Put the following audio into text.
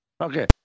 Okay